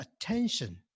attention